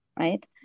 Right